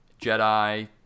Jedi